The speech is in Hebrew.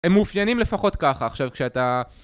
הם מאופיינים לפחות ככה, עכשיו כשאתה...